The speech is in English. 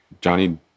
Johnny